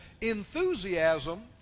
Enthusiasm